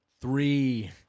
Three